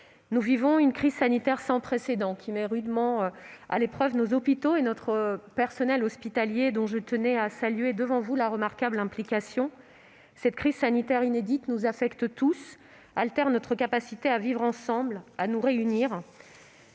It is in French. nous vivons une crise sanitaire sans précédent, qui met à rude épreuve nos hôpitaux et notre personnel hospitalier, dont je tiens à saluer devant vous la remarquable implication. Cette crise sanitaire inédite nous affecte tous, altère notre capacité à vivre ensemble et à nous réunir.